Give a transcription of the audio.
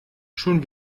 schon